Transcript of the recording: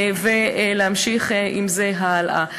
ולהמשיך עם זה הלאה.